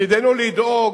תפקידנו לדאוג.